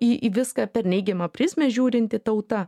į į viską per neigiamą prizmę žiūrinti tauta